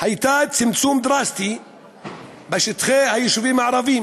הייתה צמצום דרסטי בשטחי היישובים הערביים,